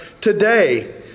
today